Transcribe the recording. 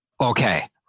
Okay